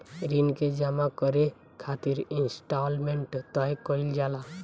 ऋण के जामा करे खातिर इंस्टॉलमेंट तय कईल जाला